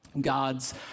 God's